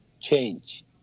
change